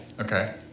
Okay